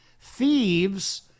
Thieves